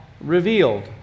revealed